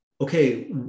Okay